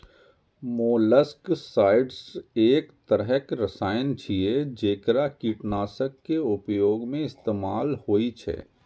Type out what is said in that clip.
molluscicides एक तरहक रसायन छियै, जेकरा कीटनाशक के रूप मे इस्तेमाल होइ छै